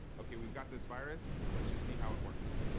ok, we've got this virus. let's just see how it works.